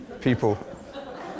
people